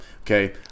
Okay